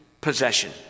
possession